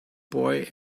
boy